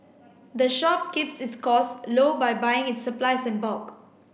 the shop keeps its costs low by buying its supplies in bulk